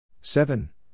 Seven